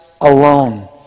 alone